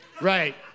Right